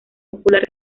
popular